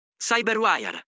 Cyberwire